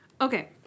Okay